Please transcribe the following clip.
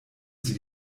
sie